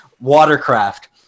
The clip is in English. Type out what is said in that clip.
Watercraft